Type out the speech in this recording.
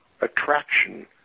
attraction